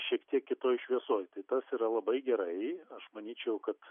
šiek tiek kitoj šviesoj tai tas yra labai gerai aš manyčiau kad